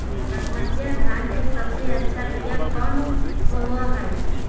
बसमतिया धान के सबसे अच्छा बीया कौन हौब हैं?